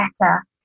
better